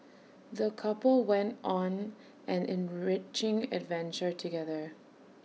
the couple went on an enriching adventure together